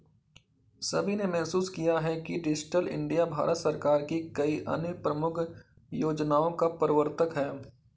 सभी ने महसूस किया है कि डिजिटल इंडिया भारत सरकार की कई अन्य प्रमुख योजनाओं का प्रवर्तक है